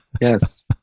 Yes